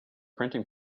printing